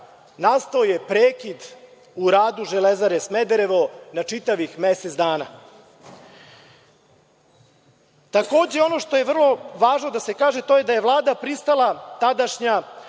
nastao je prekid u radu „Železare Smederevo“ na čitavih mesec dana. Takođe, ono što je vrlo važno da se kaže, jeste da je Vlada tadašnja